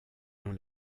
ont